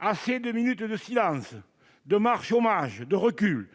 Assez de minutes de silence, de marches hommages et de reculs !